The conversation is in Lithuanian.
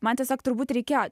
man tiesiog turbūt reikėjo